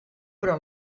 però